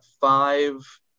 five